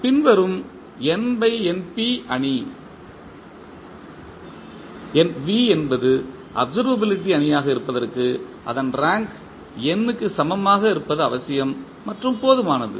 பின்வரும் n x np அணி V என்பது அப்சர்வபிலிட்டி அணியாக இருப்பதற்கு அதன் ரேங்க் n க்கு சமமான இருப்பது அவசியம் மற்றும் போதுமானது